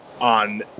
on